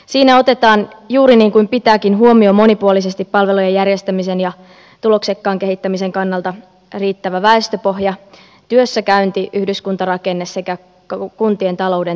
siinä otetaan juuri niin kuin pitääkin huomioon monipuolisesti palvelujen järjestämisen ja tuloksekkaan kehittämisen kannalta riittävä väestöpohja työssäkäynti yhdyskuntarakenne sekä kuntien talouden tila